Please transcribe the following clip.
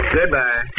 Goodbye